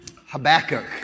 Habakkuk